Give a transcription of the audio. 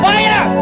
Fire